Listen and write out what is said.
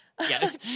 Yes